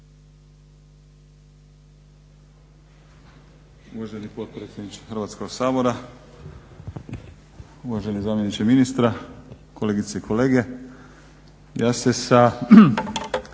Uvaženi potpredsjedniče Hrvatskog sabora, uvaženi zamjeniče ministra, kolegice i kolege. Ja se sa